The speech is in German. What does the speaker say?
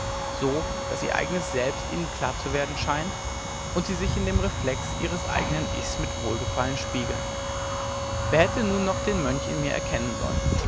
so daß ihr eignes selbst ihnen klar zu werden scheint und sie sich in dem reflex ihres eignen ichs mit wohlgefallen spiegeln wer hätte nun noch den mönch in mir erkennen sollen